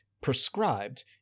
prescribed